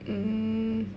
mmhmm